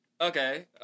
Okay